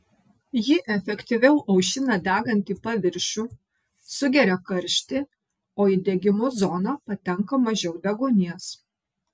ji efektyviau aušina degantį paviršių sugeria karštį o į degimo zoną patenka mažiau deguonies